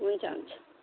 हुन्छ हुन्छ